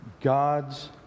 God's